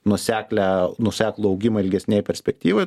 nuoseklią nuoseklų augimą ilgesnėje perspektyvoj